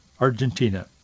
Argentina